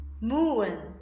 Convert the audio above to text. moon